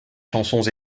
chansons